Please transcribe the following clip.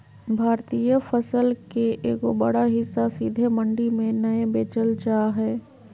भारतीय फसल के एगो बड़ा हिस्सा सीधे मंडी में नय बेचल जा हय